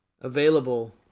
available